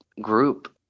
group